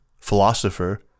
philosopher